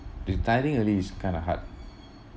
retiring early is kind of hard